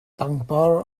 pangpar